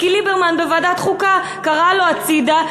כי ליברמן בוועדת חוקה קרא לו הצדה,